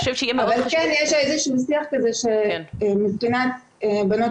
אבל כן יש איזה שהוא שיח כזה שמבחינת בנות